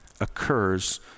occurs